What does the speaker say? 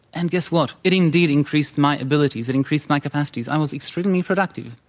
and guess what? it indeed increased my abilities. it increased my capacities. i was extremely productive.